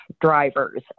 drivers